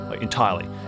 Entirely